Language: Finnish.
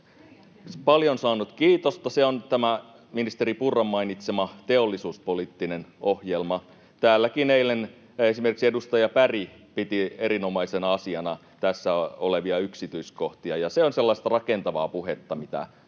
paljon saanut kiitosta, se on tämä ministeri Purran mainitsema teollisuuspoliittinen ohjelma. Täällä eilenkin esimerkiksi edustaja Berg piti erinomaisena asiana tässä olevia yksityiskohtia, ja se on sellaista rakentavaa puhetta, mitä todellakin